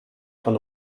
von